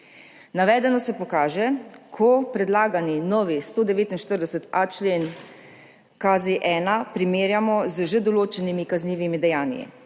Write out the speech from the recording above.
Navedeno se pokaže, ko predlagani novi 149.a člen KZ-1 primerjamo z že določenimi kaznivimi dejanji,